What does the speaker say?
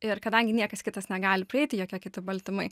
ir kadangi niekas kitas negali praeiti jokie kiti baltymai